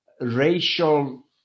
racial